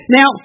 Now